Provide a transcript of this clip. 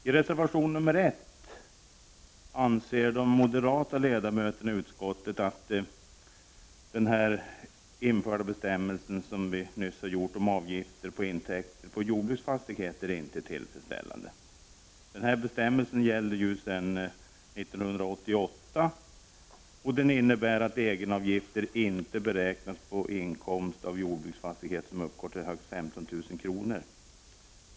I reservation nr 1 anser de moderata ledamöterna i utskottet att den nyligen införda bestämmelsen om avgifter på intäkter på jordbruksfastighet inte är tillfredsställande. Bestämmelsen gäller sedan 1988, och den innebär att egenavgifter inte beräknas på inkomst av jordbruksfastighet som uppgår till högst 15 000 kr.